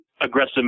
aggressive